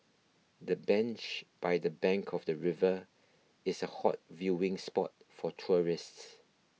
the bench by the bank of the river is a hot viewing spot for tourists